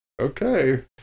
Okay